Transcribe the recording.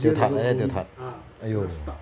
tio ta like that tio ta !aiyo!